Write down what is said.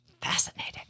Fascinating